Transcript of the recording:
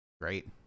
Great